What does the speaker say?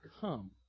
come